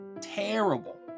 terrible